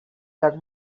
jak